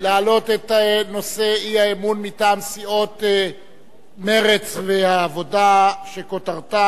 להעלות את הצעת האי-אמון מטעם סיעות מרצ והעבודה שכותרתה: